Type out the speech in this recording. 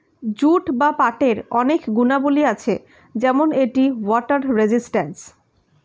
jute বা পাটের অনেক গুণাবলী আছে যেমন এটি ওয়াটার রেজিস্ট্যান্স